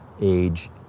age